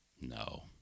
No